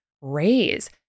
raise